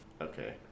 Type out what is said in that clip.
Okay